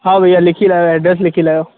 हा भैया लिखी लाहियो एड्रेस लिखी लाहियो